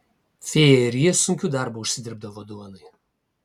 fėja ir ji sunkiu darbu užsidirbdavo duonai